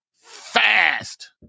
fast